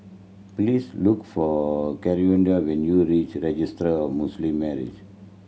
please look for Claudia when you reach Registry Muslim Marriage